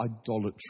idolatry